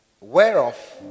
whereof